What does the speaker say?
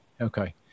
Okay